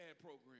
program